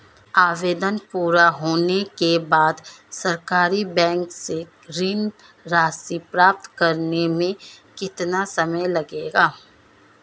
आवेदन पूरा होने के बाद सरकारी बैंक से ऋण राशि प्राप्त करने में कितना समय लगेगा?